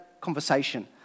conversation